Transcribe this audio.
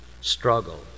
struggle